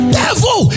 devil